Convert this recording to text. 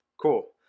cool